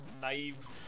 naive